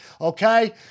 Okay